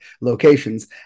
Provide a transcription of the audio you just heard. locations